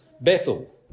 Bethel